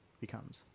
becomes